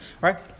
right